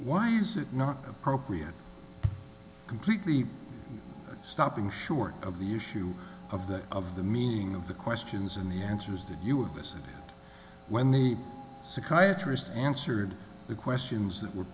why not appropriate completely stopping short of the issue of the of the meaning of the questions in the answers that you would listen when the psychiatrist answered the questions that were